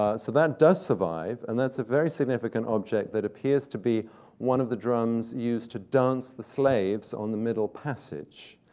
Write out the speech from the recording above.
ah so that does survive. and that's a very significant object that appears to be one of the drums used to dance the slaves on the middle passage.